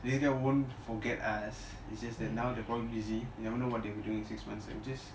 these guys won't forget us it's just that now they're probably busy you never know what they will do in six months just